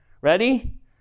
ready